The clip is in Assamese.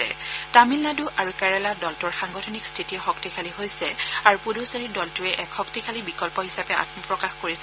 তেওঁ লগতে কয় যে তামিলনাডু আৰু কেৰেলাত দলটোৰ সাংগঠনিক শ্বিতি শক্তিশালী হৈছে আৰু পুডুচেৰীত দলটোৱে এক শক্তিশালী বিকল্প হিচাপে আন্মপ্ৰকাশ কৰিছে